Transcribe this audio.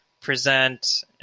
present